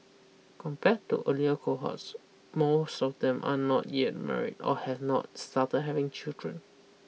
compared to earlier cohorts most of them are not yet married or have not started having children